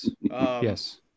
Yes